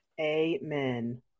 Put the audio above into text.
Amen